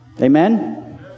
Amen